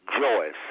Joyce